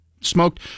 smoked